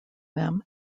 them